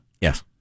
Yes